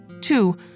Two